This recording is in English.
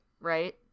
right